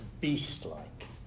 beast-like